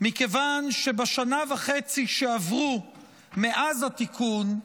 מכיוון שבשנה וחצי שעברו מאז התיקון,